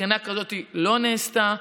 בחינה כזו לא נעשתה.